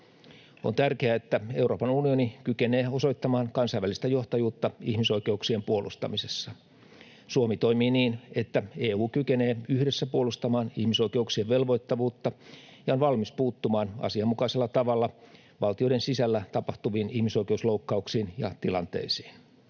On tärkeää, että Euroopan unioni kykenee osoittamaan kansainvälistä johtajuutta ihmisoikeuksien puolustamisessa. Suomi toimii niin, että EU kykenee yhdessä puolustamaan ihmisoikeuksien velvoittavuutta ja on valmis puuttumaan asianmukaisella tavalla valtioiden sisällä tapahtuviin ihmisoikeusloukkauksiin ja ‑tilanteisiin.